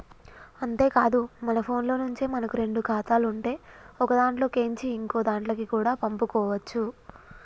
అంతేకాదు మన ఫోన్లో నుంచే మనకు రెండు ఖాతాలు ఉంటే ఒకదాంట్లో కేంచి ఇంకోదాంట్లకి కూడా పంపుకోవచ్చు